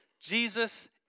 Jesus